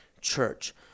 Church